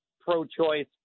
pro-choice